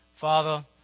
Father